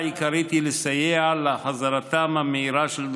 המעסיק יעסיק אותו בחצי משרה